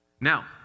Now